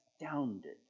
astounded